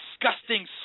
disgusting